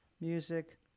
music